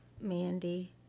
Mandy